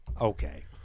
Okay